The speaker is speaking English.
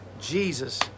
Jesus